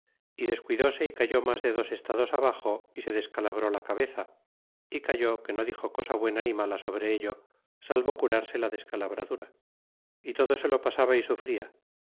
y descuidse y cayó mas de dos estados abaxo y se descalabró la cabeza y calló que no dixo cosa buena ni mala sobre ello salvo curarse la descalabradura y todo se lo pasaba y sufria